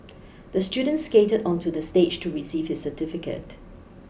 the student skated onto the stage to receive his certificate